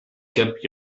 cap